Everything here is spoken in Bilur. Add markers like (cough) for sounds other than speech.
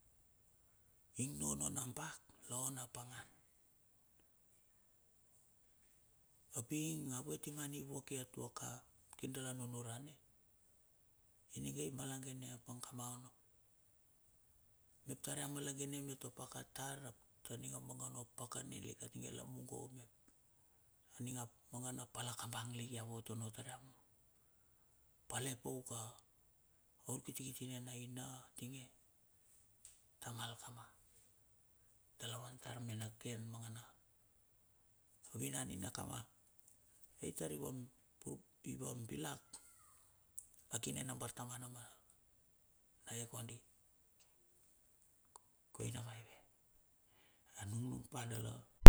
Ing nono na bak la on apangan. Ap ing a wet i man i wok iet wok a, kir dala nunuran ininge malagene a pang kama ono. Mep tar ya malagene me to paka tar ap taning a manga na pakane lik atinge lamungo mep aning ap mangana palakambang lik ia vot onno tar ia, pale pouk a o ur kiti kiti ne na aina tinge. Tamal kama dala vantar me na ken mangana, vinan ina kama ei tar i vang pur iva bilak (noise) a kine na bartmana ma ae kondi, koina maive. A nungnung pa ndala.